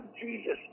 Jesus